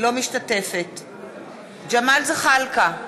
אינה משתתפת בהצבעה ג'מאל זחאלקה,